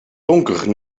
donker